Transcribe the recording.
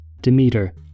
Demeter